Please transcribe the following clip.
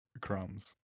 crumbs